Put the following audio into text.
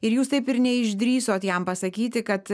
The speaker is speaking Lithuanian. ir jūs taip ir neišdrįsot jam pasakyti kad